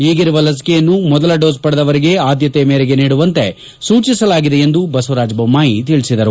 ಈಗಿರುವ ಲಸಿಕೆಯನ್ನು ಮೊದಲ ಡೋಸ್ ಪಡೆದವರಿಗೆ ಅದ್ಯತೆ ಮೇರೆಗೆ ನೀಡುವಂತೆ ಸೂಚಿಸಲಾಗಿದೆ ಎಂದು ಬಸವರಾಜ್ ಬೊಮ್ಮಾಯಿ ತಿಳಿಸಿದರು